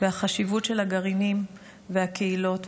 והחשיבות של הגרעינים והקהילות,